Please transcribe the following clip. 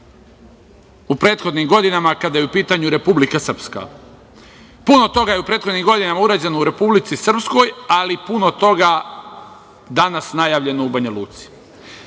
u prethodnim godinama kada je u pitanju Republika Srpska. Puno toga je u prethodnih godina urađeno u Republici Srpskoj, ali puno toga je danas najavljeno u Banjaluci. Mnogo